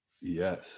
Yes